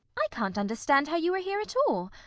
i can't understand how you are here at all.